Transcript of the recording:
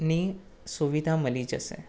ની સુવિધા મળી જશે